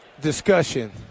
discussion